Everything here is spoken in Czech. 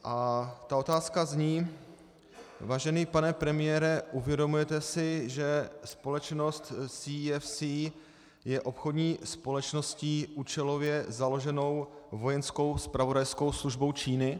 A ta otázka zní: Vážený pane premiére, uvědomujete si, že společnost CEFC je obchodní společností účelově založenou vojenskou zpravodajskou službou Číny?